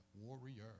Warrior